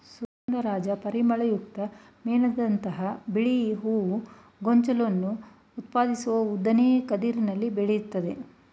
ಸುಗಂಧರಾಜ ಪರಿಮಳಯುಕ್ತ ಮೇಣದಂಥ ಬಿಳಿ ಹೂ ಗೊಂಚಲನ್ನು ಉತ್ಪಾದಿಸುವ ಉದ್ದನೆಯ ಕದಿರಲ್ಲಿ ಬೆಳಿತದೆ